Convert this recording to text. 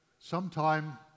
sometime